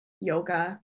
yoga